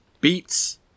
beets